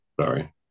Sorry